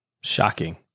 Shocking